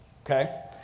Okay